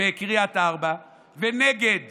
בקריית ארבע ונגד